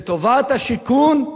לטובת השיכון,